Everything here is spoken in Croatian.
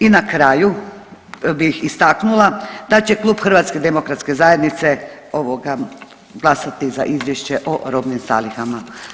I na kraju bih istaknula da će klub HDZ-a glasati za izvješće o robnim zalihama.